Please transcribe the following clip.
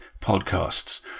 podcasts